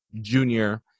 junior